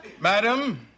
Madam